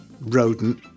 rodent